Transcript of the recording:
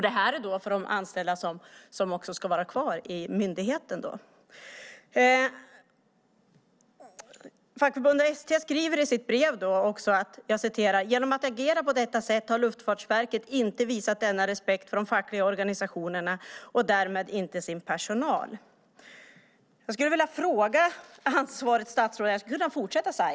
Det här är alltså för de anställda som ska vara kvar i myndigheten. Fackförbundet ST skriver i sitt brev: Genom att agera på detta sätt har Luftfartsverket inte visat denna respekt för de fackliga organisationerna och därmed inte sin personal. Jag skulle kunna fortsätta så här.